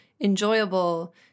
enjoyable